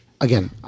Again